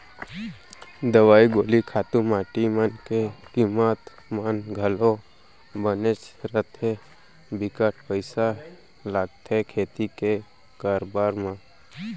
दवई गोली खातू माटी मन के कीमत मन घलौ बनेच रथें बिकट पइसा लगथे खेती के करब म